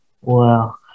Wow